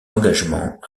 engagements